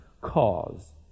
cause